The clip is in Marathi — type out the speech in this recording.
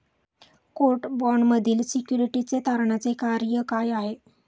कोर्ट बाँडमधील सिक्युरिटीज तारणाचे कार्य काय आहे?